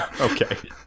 Okay